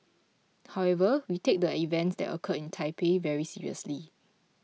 however we take the events that occurred in Taipei very seriously